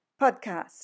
podcast